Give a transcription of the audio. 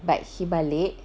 but he balik